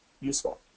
useful